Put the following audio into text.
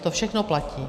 To všechno platí.